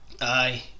Aye